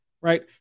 right